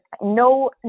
no